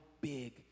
big